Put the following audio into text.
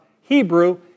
Hebrew